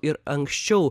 ir anksčiau